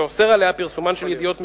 ואוסר עליה לפרסם ידיעות מסוימות,